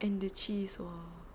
and the cheese !wah!